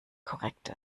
korrekt